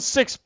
Six